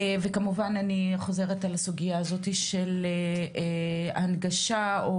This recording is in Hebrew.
וכמובן אני חוזרת על הסוגיה הזאת של הנגשה או